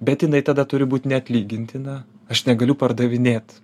bet jinai tada turi būt neatlygintina aš negaliu pardavinėt